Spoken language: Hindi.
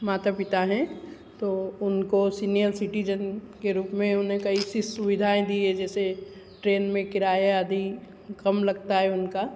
माता पिता हैं तो उनको सीनियर सिटीजन के रूप में उन्हें कई सारी सुविधाएँ दी हैं जैसे ट्रेन में किराया दी कम लगता है उनका